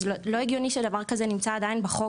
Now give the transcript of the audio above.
זה לא הגיוני שדבר כזה נמצא עדיין בחוק,